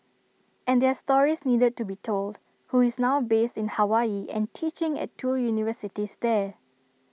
and their stories needed to be told who is now based in Hawaii and teaching at two universities there